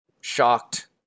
shocked